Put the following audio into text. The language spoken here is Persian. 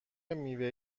میوه